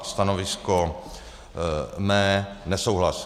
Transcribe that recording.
Stanovisko nesouhlas.